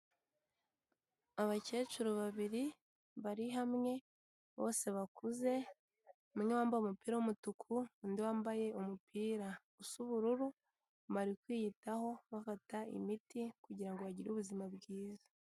Abakecuru babiri bari hamwe bose bakuze, umwe wambaye umupira w'umutuku, undi wambaye umupirasa w'ubururu, bari kwiyitaho bafata imiti kugirango bagire ubuzima bwiza.